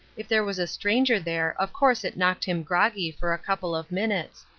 if there was a stranger there of course it knocked him groggy for a couple of minutes,